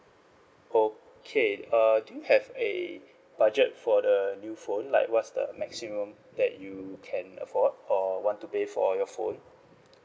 okay uh do you have a budget for the new phone like what's the maximum that you can afford or want to pay for your phone